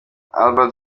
albert